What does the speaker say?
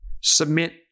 submit